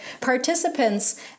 participants